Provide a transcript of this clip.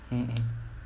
mm mm